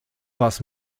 was